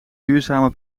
duurzame